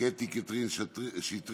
קטי קטרין שטרית,